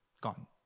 gone